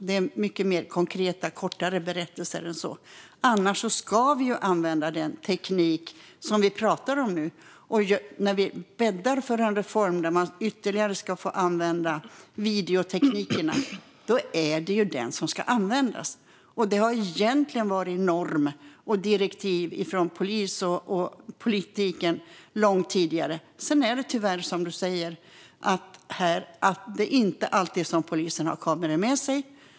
Det är mycket mer konkreta och kortare berättelser än så. Annars ska vi ju använda den teknik som vi pratar om nu. När vi bäddar för en reform där man ytterligare ska få använda videoteknikerna, då är det ju den som ska användas. Det har egentligen varit norm och direktiv från polisen och politiken långt tidigare. Sedan är det tyvärr som ledamoten säger här: Det är inte alltid som polisen har kameror med sig.